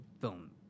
film